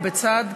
ובצד,